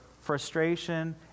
frustration